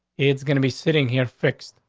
it's gonna be sitting here fixed.